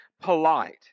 polite